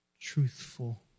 truthful